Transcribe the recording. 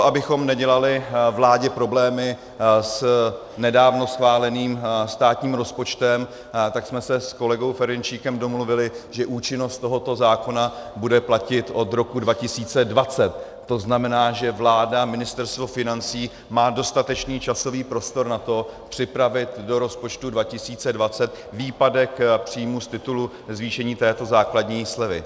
Abychom nedělali vládě problémy s nedávno schváleným státním rozpočtem, tak jsme se s kolegou Ferjenčíkem domluvili, že účinnost tohoto zákona bude platit od roku 2020, to znamená, že vláda, Ministerstvo financí, má dostatečný časový prostor na to připravit do rozpočtu 2020 výpadek příjmů z titulu zvýšení této základní slevy.